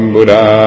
Buddha